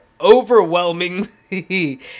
overwhelmingly